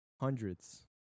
Hundreds